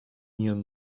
ien